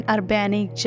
Urbanic